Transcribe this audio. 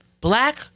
black